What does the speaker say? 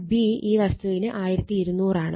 µr B ഈ വസ്തുവിന് 1200 ആണ്